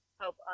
help